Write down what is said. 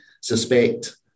suspect